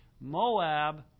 Moab